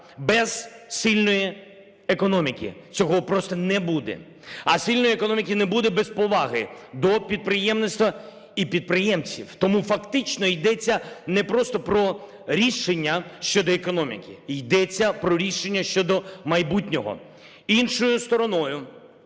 Без сильної економіки цього просто не буде, а сильної економіки не буде без поваги до підприємництва і підприємців. Тому фактично йдеться не просто про рішення щодо економіки, йдеться про рішення щодо майбутнього. Іншою стороною